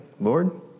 Lord